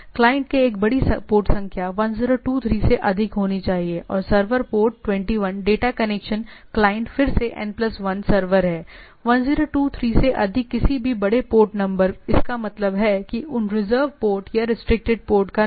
client एक बड़ी port संख्या 1023 से अधिक होनी चाहिए और server port 21 data connection client फिर से N प्लस 1 सर्वर है 1023 से अधिक किसी भी बड़े पोर्ट नंबर इसका मतलब है कि उन रिजर्व पोर्ट या रिस्ट्रिक्टेड पोर्ट का नहीं